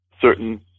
certain